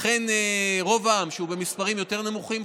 אכן רוב העם הוא במספרים יותר נמוכים,